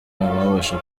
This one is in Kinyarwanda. wabasha